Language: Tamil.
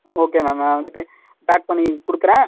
ஓகே மேம் இப்போ பேக் பண்ணி கொடுக்குறேன்